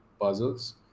puzzles